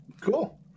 cool